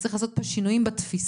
וצריך לעשות פה שינויים בתפיסה.